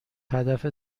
هدف